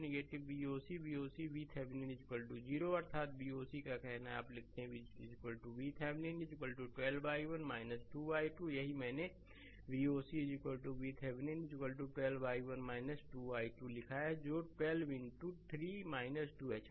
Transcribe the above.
तो Voc Voc है VThevenin 0 अर्थात Voc का कहना है कि आप लिखते हैं VThevenin 12 i1 2 i2 यही मैंने Voc VThevenin 12 i1 2 i2 लिखा है जो 12 इनटू3 2 है